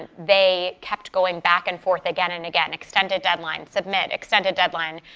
and they kept going back and forth again and again, extended deadlines, submit, extended deadline.